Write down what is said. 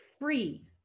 free